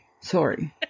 Sorry